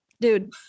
dude